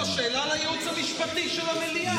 שאלה לייעוץ המשפטי של המליאה.